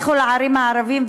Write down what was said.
לכו לערים הערביות,